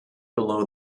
below